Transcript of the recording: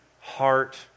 heart